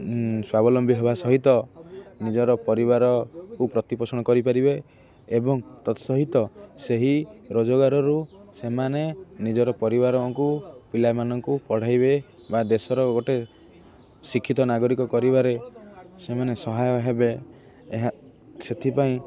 ସ୍ୱାବଲମ୍ବୀ ହେବା ସହିତ ନିଜର ପରିବାରକୁ ପ୍ରତିପୋଷଣ କରିପାରିବେ ଏବଂ ତତ୍ସହିତ ସେହି ରୋଜଗାରରୁ ସେମାନେ ନିଜର ପରିବାରଙ୍କୁ ପିଲାମାନଙ୍କୁ ପଢ଼ାଇବେ ବା ଦେଶର ଗୋଟେ ଶିକ୍ଷିତ ନାଗରିକ କରିବାରେ ସେମାନେ ସହାୟ ହେବେ ଏହା ସେଥିପାଇଁ